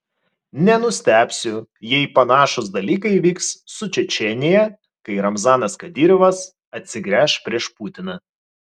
nenustebsiu jei panašūs dalykai vyks su čečėnija kai ramzanas kadyrovas atsigręš prieš putiną